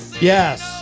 Yes